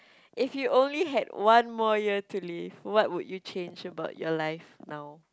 if you only had one more year to live what would you change about your life now